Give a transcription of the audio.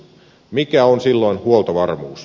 mikä on silloin huoltovarmuus